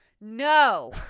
no